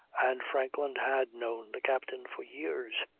and franklin had known the captain for years.